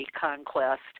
conquest